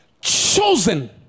chosen